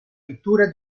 pittura